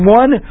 one